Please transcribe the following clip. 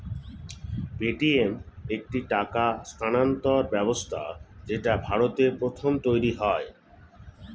Paytm একটি টাকা স্থানান্তর ব্যবস্থা যেটা ভারতে প্রথম তৈরী হয়